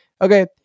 okay